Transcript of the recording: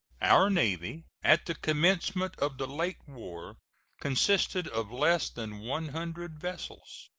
our navy at the commencement of the late war consisted of less than one hundred vessels,